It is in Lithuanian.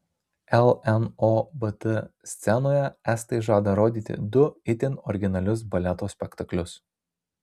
lnobt scenoje estai žada rodyti du itin originalius baleto spektaklius